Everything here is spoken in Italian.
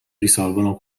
risolvono